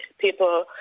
people